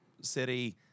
city